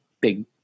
big